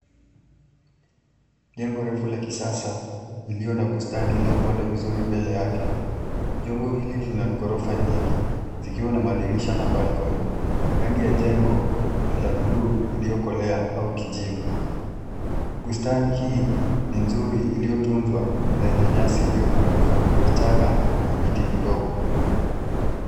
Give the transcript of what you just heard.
Jengo refu la kisasa ilio na bustani iliopandwa vizuri mbele yake. Jengo hili lina gorofa nyingi ikiwa na madirisha na balcony . Rangi ya jengo ni la bluu iliokolea au kijivu. Bustani hii ni nzuri iliotunzwa na enye nyasi iliopunguzwa vichaka na miti midogo.